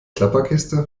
klapperkiste